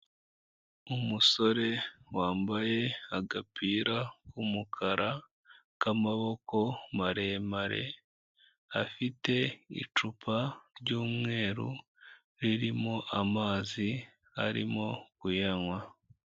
Umusore wambaye agapira k'umukara k'amaboko maremare, afite icupa ry'umweru ririmo amazi arimo kuyanywa.